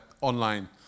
online